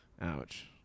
Ouch